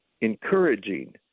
encouraging